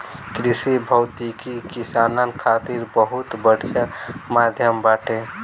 कृषि भौतिकी किसानन खातिर बहुत बढ़िया माध्यम बाटे